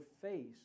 face